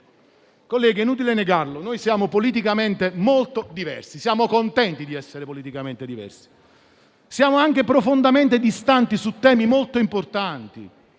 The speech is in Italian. Colleghi, è inutile negarlo, siamo politicamente molto diversi e siamo contenti di esserlo. Siamo anche profondamente distanti su temi molto importanti,